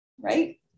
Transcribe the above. Right